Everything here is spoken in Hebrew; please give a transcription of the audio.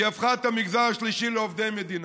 היא הפכה את המגזר השלישי לעובדי מדינה.